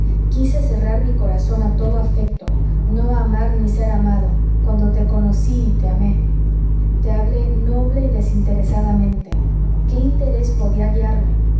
quise cerrar mi corazón a todo afecto no amar ni ser amado cuando te conocí y te amé te hablé noble y desinteresadamente qué interés podía guiarme